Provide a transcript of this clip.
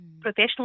professional